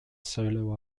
solo